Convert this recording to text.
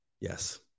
Yes